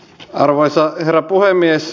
arvoisa herra puhemies